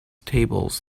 tables